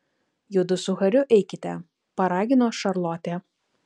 judu su hariu eikite paragino šarlotė